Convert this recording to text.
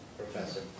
Professor